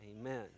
Amen